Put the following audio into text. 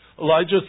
Elijah